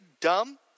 dumb